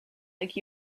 like